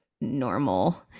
normal